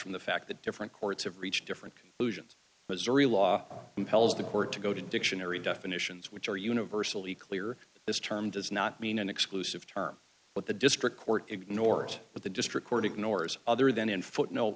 from the fact that different courts have reached different conclusions missouri law compels the court to go to dictionary definitions which are universally clear this term does not mean an exclusive term what the district court ignores what the district court ignores other than in footno